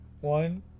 one